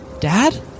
dad